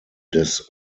des